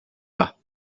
pas